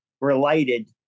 related